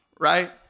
right